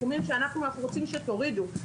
אנחנו רוצים שתורידו את הסכומים.